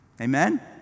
Amen